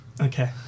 Okay